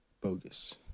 bogus